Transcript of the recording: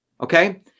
Okay